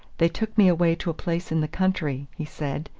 they took me away to a place in the country, he said,